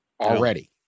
already